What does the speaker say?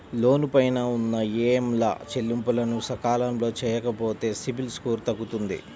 లోను పైన ఉన్న ఈఎంఐల చెల్లింపులను సకాలంలో చెయ్యకపోతే సిబిల్ స్కోరు తగ్గుతుంది